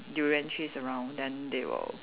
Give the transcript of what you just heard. durian trees around then they will